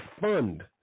fund